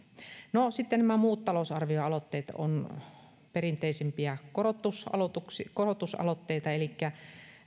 no sitten nämä muut talousarvioaloitteet ovat perinteisempiä korotusaloitteita korotusaloitteita elikkä